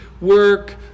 work